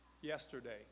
yesterday